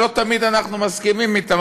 שלא תמיד אנחנו מסכימים אתם,